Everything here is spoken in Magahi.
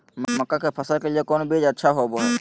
मक्का के फसल के लिए कौन बीज अच्छा होबो हाय?